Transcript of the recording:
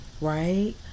right